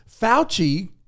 Fauci